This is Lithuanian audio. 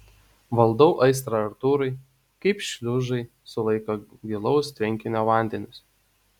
valdau aistrą artūrui kaip šliuzai sulaiko gilaus tvenkinio vandenis